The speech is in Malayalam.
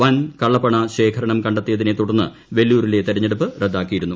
വൻ കള്ളപ്പണ ശേഖരണം കണ്ടെത്തിയതിനെതുടർന്ന് വെല്ലൂരിലെ തെരഞ്ഞെടുപ്പ് റദ്ദാക്കിയിരുന്നു